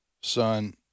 son